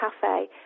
cafe